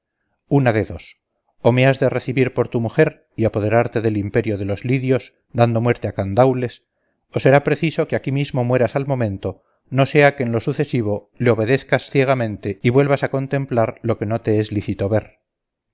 una de dos o me has de recibir por tu mujer y apoderarte del imperio de los lidios dando muerte a candaules o será preciso que aquí mismo mueras al momento no sea que en lo sucesivo le obedezcas ciegamente y vuelvas a contemplar lo que no te es lícito ver